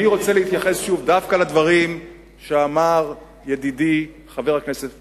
אני רוצה להתייחס שוב דווקא לדברים שאמר ידידי חבר הכנסת ג'ומס.